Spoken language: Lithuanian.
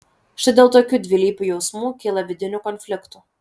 štai dėl tokių dvilypių jausmų kyla vidinių konfliktų